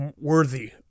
worthy